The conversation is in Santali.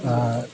ᱟᱨ